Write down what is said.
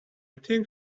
think